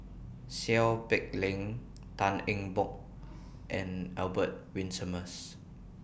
Seow Peck Leng Tan Eng Bock and Albert Winsemius